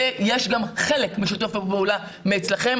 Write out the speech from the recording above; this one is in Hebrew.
ויש גם שיתוף פעולה חלקי אצלכם.